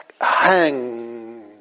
hang